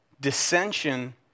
dissension